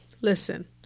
listen